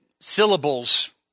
syllables